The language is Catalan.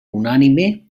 unànime